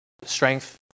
strength